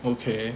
okay